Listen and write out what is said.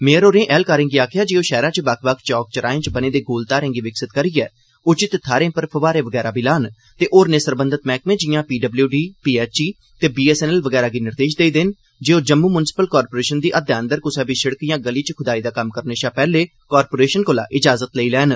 mayor होरें ऐहलकारें गी आखेआ जे ओह शैहरा च बक्ख बक्ख चौक चौराहें च बने दे गोल घारें गी विकसित करियै उचित थाह्रें पर फव्वारे वगैरा बी लान ते होरनें सरबंधत मैह्कमें जिआं पीडब्ल्यूडी पीएचई ते बीएसएनएल वगैरा गी निर्देश देई देन जे ओह् जम्मू मुंसिपल कारपोरेशन दी हद्दै अंदर कुसा बी सिड़क यां गली च खुदाई दा कम्म करने शा पैहले कारपोरेशन कोला इजाजत लैन